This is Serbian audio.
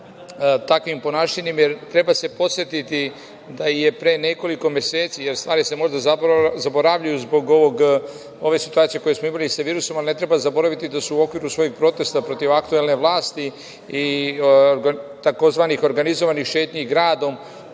takvim ponašanjem, jer treba se podsetiti da je pre nekoliko meseci, jer stvari se možda zaboravljaju zbog ove situacije koju smo imali sa virusom, ali ne treba zaboraviti da su u okviru svojih protesta protiv aktuelne vlast i tzv. organizovanih šetnji gradom